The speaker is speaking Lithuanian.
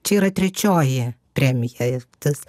čia yra trečioji premija ir tas